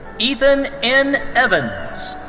ethan n. evans.